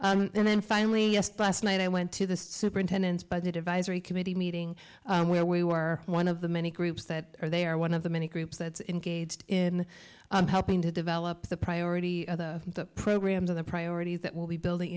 classroom and then finally just blast night i went to the superintendent's budget advisory committee meeting where we were one of the many groups that are they are one of the many groups that's in gauged in helping to develop the priority of the programs are the priorities that will be building